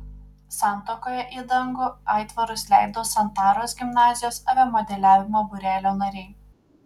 santakoje į dangų aitvarus leido santaros gimnazijos aviamodeliavimo būrelio nariai